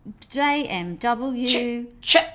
JMW